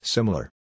Similar